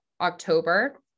October